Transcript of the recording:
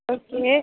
okay